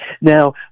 Now